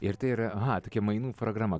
ir tai yra aha tokia mainų programa